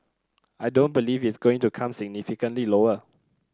I don't believe it's going to come significantly lower